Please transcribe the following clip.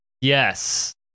Yes